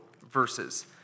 verses